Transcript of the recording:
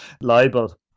libel